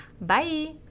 Bye